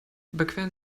überqueren